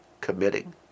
committing